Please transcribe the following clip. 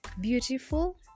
beautiful